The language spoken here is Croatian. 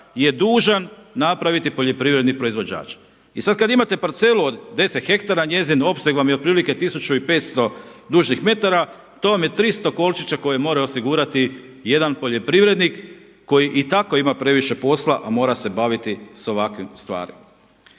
je dužan napraviti poljoprivredni proizvođač. I sad kad imate parcelu od 10 ha, njezin opseg vam je otprilike 1500 dužnih metara to vam je 300 kolčića koje moraju osigurati jedan poljoprivrednik koji i tako ima previše posla, a mora se baviti sa ovakvim stvarima.